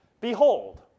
Behold